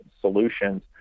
solutions